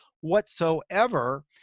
whatsoever